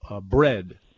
bread